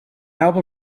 album